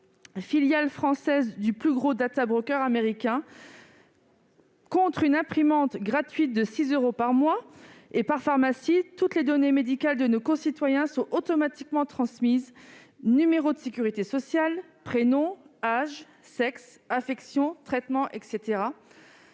filiale française du plus gros américain. Contre une imprimante gratuite et 6 euros par mois et par pharmacie, toutes les données médicales de nos concitoyens sont automatiquement transmises : numéro de sécurité sociale, prénom, âge, sexe, affections, traitements, etc.